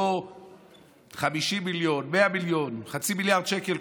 לא 50 מיליון, 100 מיליון, חצי מיליארד שקל.